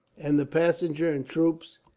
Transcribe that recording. and the passengers, troops,